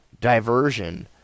diversion